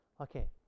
Okay